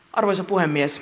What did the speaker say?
arvoisa puhemies